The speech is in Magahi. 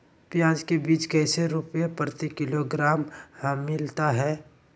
प्याज के बीज कैसे रुपए प्रति किलोग्राम हमिलता हैं?